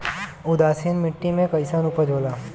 उदासीन मिट्टी में कईसन उपज होला?